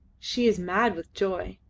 she is mad with joy.